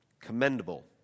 commendable